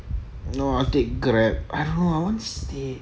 no I will take grab !aiyo! I wanna save